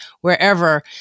wherever